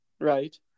Right